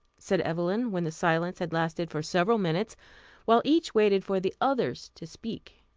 said evelyn, when the silence had lasted for several minutes while each waited for the others to speak.